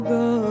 go